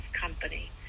company